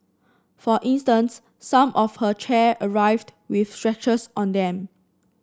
for instance some of her chair arrived with scratches on them